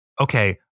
okay